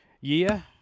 year